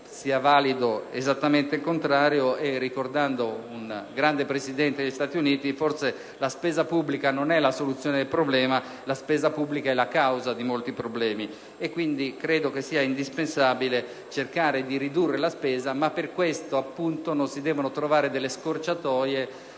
sia valido esattamente il contrario. Ricordando un grande Presidente degli Stati Uniti, forse la spesa pubblica non è la soluzione del problema: la spesa pubblica è la causa di molti problemi. Ritengo pertanto sia indispensabile cercare di ridurre la spesa, ma per questo - appunto - non si devono trovare delle scorciatoie